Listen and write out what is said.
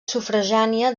sufragània